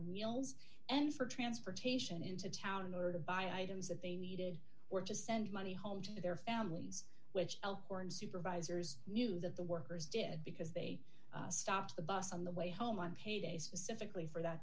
meals and for transportation into town in order to buy items that they needed or just send money home to their families which elkhorn supervisors knew that the workers did because they stopped the bus on the way home on payday specifically for that